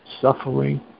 Suffering